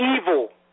evil